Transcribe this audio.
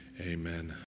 Amen